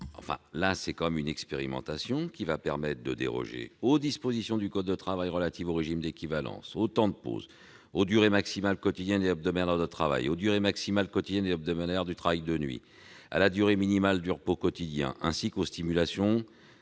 et de la dépendance. L'expérimentation proposée permettra de déroger aux dispositions du code du travail relatives aux régimes d'équivalence, aux temps de pause, aux durées maximales quotidienne et hebdomadaire de travail, aux durées maximales quotidienne et hebdomadaire de travail de nuit, à la durée minimale de repos quotidien, ainsi qu'aux stipulations